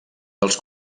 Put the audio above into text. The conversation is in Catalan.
dels